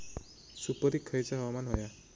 सुपरिक खयचा हवामान होया?